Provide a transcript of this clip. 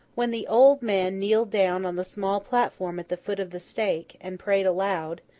when the old man kneeled down on the small platform at the foot of the stake, and prayed aloud,